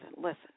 listen